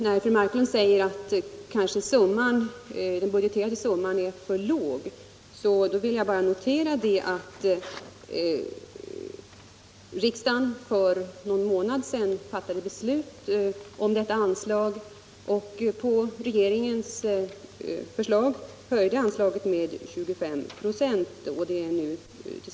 När fru Marklund säger att den budgeterade summan kanske är för låg, vill jag bara notera att riksdagen för någon månad sedan fattade beslut om detta anslag och på regeringens förslag höjde anslaget med 25 96.